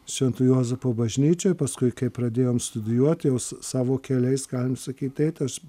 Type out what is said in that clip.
švento juozapo bažnyčioj paskui kai pradėjom studijuot jau savo keliais galim sakyt tai tas